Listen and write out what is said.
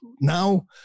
Now